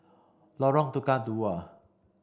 Lorong Tukang Dua